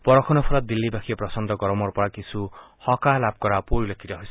বৰষুণৰ ফলত দিল্লীবাসীয়ে প্ৰচণ্ড গৰমৰ পৰা কিছু সকাহ লাভ কৰা পৰিলক্ষিত হৈছে